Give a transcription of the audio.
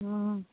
हूँ